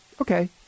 okay